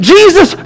Jesus